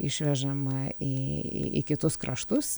išvežama į į kitus kraštus